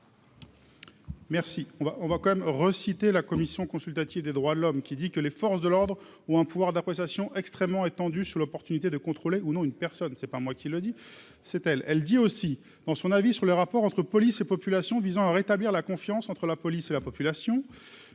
on va, on va quand même reciter la commission consultative des droits de l'homme qui dit que les forces de l'ordre ou un pouvoir d'appréciation extrêmement étendu sur l'opportunité de contrôler ou non une personne c'est pas moi qui le dis, c'est elle, elle dit aussi dans son avis sur le rapport entre police et population visant à rétablir la confiance entre la police et la population